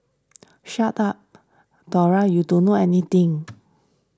shut up Dora you don't know anything